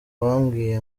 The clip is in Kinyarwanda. bambwiye